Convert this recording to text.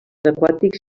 aquàtics